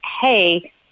Hey